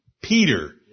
Peter